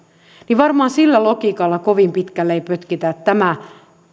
niin varmaan sillä logiikalla kovin pitkälle ei pötkitä siis sillä että